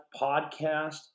podcast